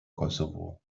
kosovo